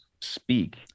speak